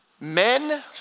Men